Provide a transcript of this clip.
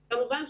כמובן,